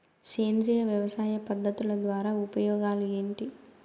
సేంద్రియ వ్యవసాయ పద్ధతుల ద్వారా ఉపయోగాలు ఏంటి?